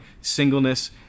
singleness